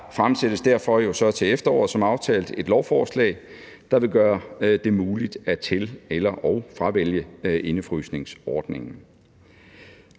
Der fremsættes derfor til efteråret som aftalt et lovforslag, der vil gøre det muligt at tilvælge eller fravælge indefrysningsordningen.